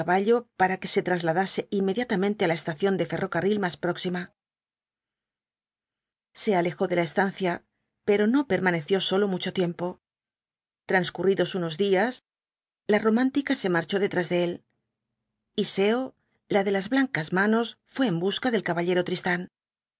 para que se trasladase inmediatamente á la estación de ferrocarril más próxima se alejó de la estancia pero no permaneció solo mucho tiempo transcurridos unos días la romántica se marchó detrás de él iseo la de las blancas manos fué en busca del caballero tristán